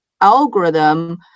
algorithm